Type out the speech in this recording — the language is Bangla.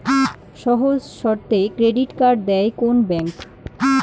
সহজ শর্তে ক্রেডিট কার্ড দেয় কোন ব্যাংক?